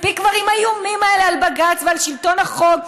מספיק כבר עם האיומים האלה על בג"ץ ועל שלטון החוק,